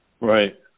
Right